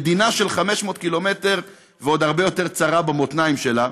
מדינה של 500 קילומטר ועוד הרבה יותר צרה במותניים שלה,